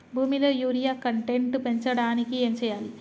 భూమిలో urea content పెంచడానికి ఏం చేయాలి?